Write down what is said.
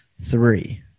Three